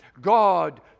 God